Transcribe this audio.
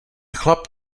chlap